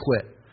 quit